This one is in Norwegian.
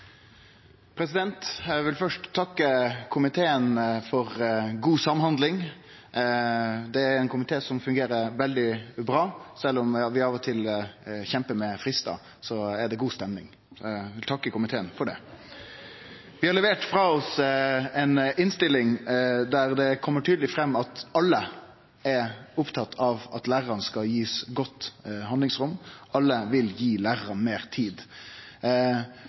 vedtatt. Eg vil først takke komiteen for god samhandling. Det er ein komité som fungerer veldig bra. Sjølv om vi av og til kjempar med fristar, så er det god stemning. Eg vil takke komiteen for det. Vi har levert frå oss ei innstilling der det kjem tydeleg fram at alle er opptatt av at lærarane skal få godt handlingsrom. Alle vil gi lærarane meir tid.